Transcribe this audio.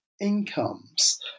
incomes